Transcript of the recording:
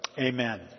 Amen